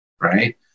right